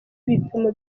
ibipimo